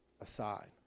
aside